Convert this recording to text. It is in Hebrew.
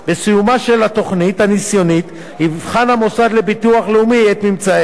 בסיומה של התוכנית הניסיונית יבחן המוסד לביטוח לאומי את ממצאיה.